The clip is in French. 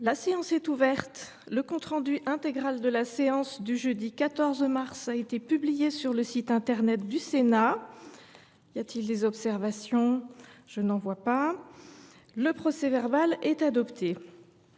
La séance est ouverte. Le compte rendu intégral de la séance du jeudi 14 mars 2024 a été publié sur le site internet du Sénat. Il n’y a pas d’observation ?… Le procès verbal est adopté.